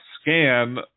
scan